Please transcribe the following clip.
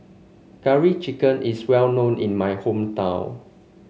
Curry Chicken is well known in my hometown